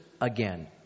again